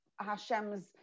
Hashem's